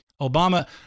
Obama